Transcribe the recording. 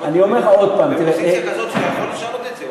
אם אתה בפוזיציה כזאת שאתה יכול לשנת את זה,